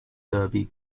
derby